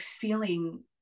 feeling